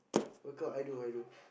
work out I do I do